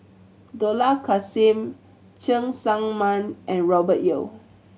Dollah Kassim Cheng Tsang Man and Robert Yeo